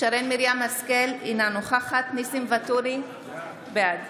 שרן מרים השכל, אינה נוכחת ניסים ואטורי, בעד